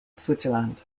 switzerland